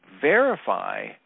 verify